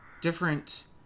Different